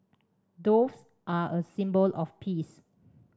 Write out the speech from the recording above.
doves are a symbol of peace